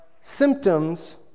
symptoms